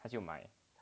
他就买